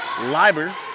Liber